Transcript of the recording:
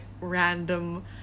random